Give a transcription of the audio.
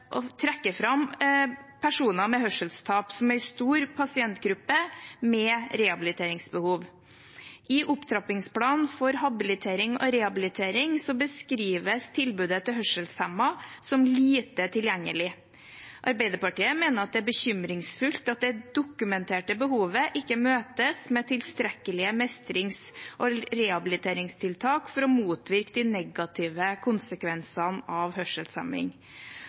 fram personer med hørselstap som en stor pasientgruppe med rehabiliteringsbehov. I opptrappingsplanen for habilitering og rehabilitering beskrives tilbudet til hørselshemmede som «lite tilgjengelig». Arbeiderpartiet mener det er bekymringsfullt at det dokumenterte behovet ikke møtes med tilstrekkelige mestrings- og rehabiliteringstiltak for å motvirke de negative konsekvensene av